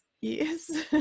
Yes